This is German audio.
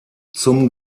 zum